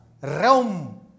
realm